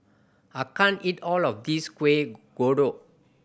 I can't eat all of this Kueh Kodok